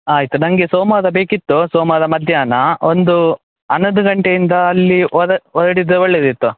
ಆಯಿತು ನನ್ಗೆ ಸೋಮವಾರ ಬೇಕಿತ್ತು ಸೋಮವಾರ ಮಧ್ಯಾಹ್ನ ಒಂದು ಹನ್ನೊಂದು ಗಂಟೆಯಿಂದ ಅಲ್ಲಿ ಹೊರ ಹೊರಡಿದ್ರೆ ಒಳ್ಳೆದಿತ್ತು